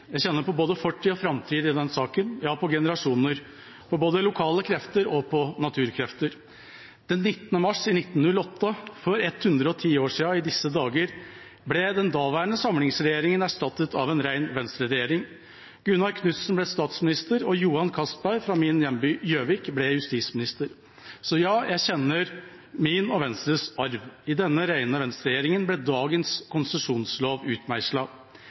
Jeg kjenner på både fortid og framtid i denne saken – ja, på generasjoner, og på både lokale krefter og naturkrefter. Den 19. mars 1908, for 110 år siden i disse dager, ble den daværende samlingsregjeringa erstattet av en ren Venstre-regjering. Gunnar Knudsen ble statsminister og Johan Castberg, fra min hjemby Gjøvik, ble justisminister. Så ja, jeg kjenner min og Venstres arv. I denne rene Venstre-regjeringa ble dagens konsesjonslov